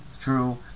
true